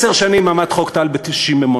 עשר שנים עמד חוק טל בשיממונו.